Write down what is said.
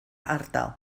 ardal